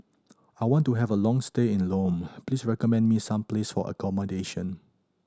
I want to have a long stay in Lome please recommend me some place for accommodation